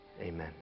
amen